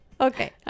Okay